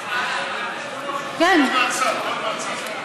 אני יכולה לענות?